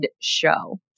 show